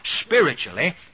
spiritually